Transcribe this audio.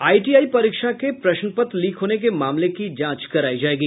ITI परीक्षा के प्रश्न पत्र लीक होने के मामले की जांच कराई जायेगी